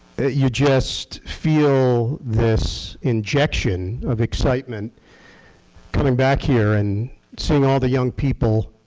you just feel this injection of excitement coming back here and seeing all the young people,